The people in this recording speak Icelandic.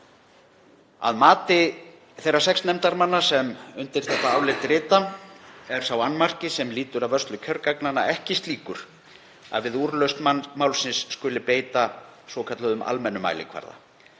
Að mati þeirra sex nefndarmanna sem undir þetta álit rita er sá annmarki sem lýtur að vörslu kjörgagna ekki slíkur að við úrlausn málsins skuli beitt almennum mælikvarða.